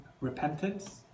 repentance